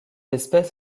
espèce